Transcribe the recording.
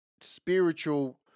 spiritual